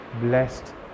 blessed